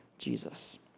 Jesus